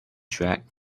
track